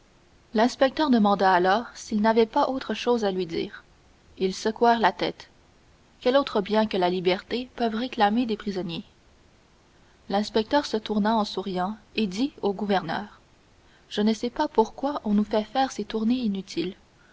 l'inspecteur leur demanda alors s'ils n'avaient pas autre chose à lui dire ils secouèrent la tête quel autre bien que la liberté peuvent réclamer des prisonniers l'inspecteur se tourna en souriant et dit au gouverneur je ne sais pas pourquoi on nous fait faire ces tournées inutiles